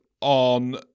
on